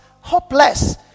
hopeless